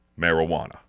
marijuana